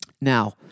Now